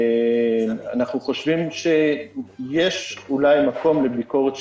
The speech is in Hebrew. אנחנו חושבים שיש אולי מקום לביקורת שיפוטית,